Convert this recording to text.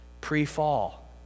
pre-fall